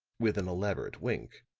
with an elaborate wink,